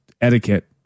etiquette